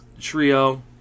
trio